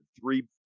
three